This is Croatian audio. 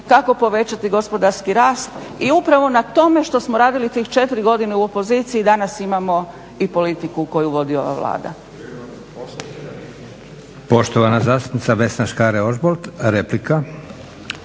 kako povećati gospodarski rast i upravo na tome što smo radili tih četiri godine u opoziciji, danas imamo i politiku koju vodi ova Vlada.